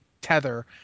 tether